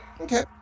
Okay